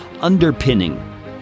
underpinning